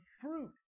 fruit